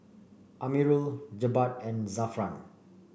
Amirul Jebat and Zafran